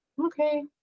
okay